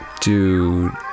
Dude